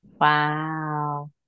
Wow